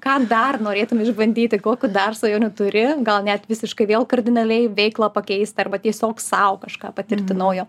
ką dar norėtumei išbandyti kokių dar svajonių turi gal net visiškai vėl kardinaliai veiklą pakeisti arba tiesiog sau kažką patirti naujo